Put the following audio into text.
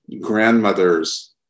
grandmother's